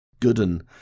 Gooden